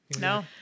No